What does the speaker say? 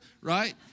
right